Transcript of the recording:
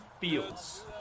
feels